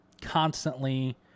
constantly